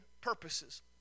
purposes